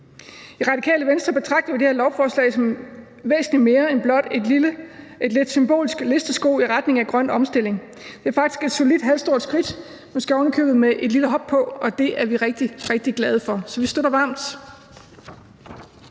I Radikale Venstre betragter vi det her lovforslag som væsentlig mere end bare at tage et symbolsk skridt på listesko i retning af en grøn omstilling. Det er faktisk et solidt halvstort skridt, måske ovenikøbet med et lille hop på, og det er vi rigtig, rigtig glade for, så vi støtter